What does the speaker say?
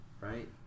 right